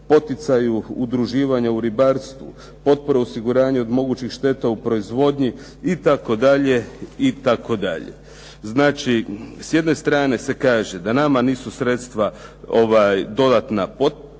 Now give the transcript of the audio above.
poticaju udruživanja u ribarstvu, potpore osiguranju od mogućih šteta u proizvodnji itd. itd. Znači, s jedne strane se kaže da nama nisu sredstva dodatna potrebna,